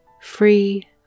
free